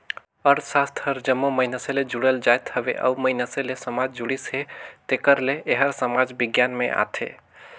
अर्थसास्त्र हर जम्मो मइनसे ले जुड़ल जाएत हवे अउ मइनसे ले समाज जुड़िस हे तेकर ले एहर समाज बिग्यान में आथे